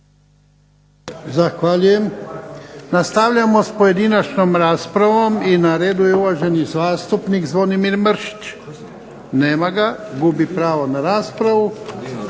Zahvaljujem. Nastavljamo sa pojedinačnom raspravom i na redu je uvaženi zastupnik Zvonimir Mršić. Nema ga, gubi pravo na raspravu.